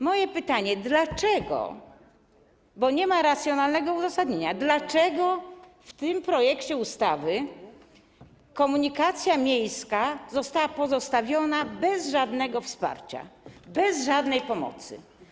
Moje pytanie: Dlaczego - bo nie ma racjonalnego uzasadnienia - w tym projekcie ustawy komunikacja miejska została pozostawiona bez żadnego wsparcia, bez żadnej pomocy?